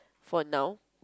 for now